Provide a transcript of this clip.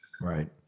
right